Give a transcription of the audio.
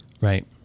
Right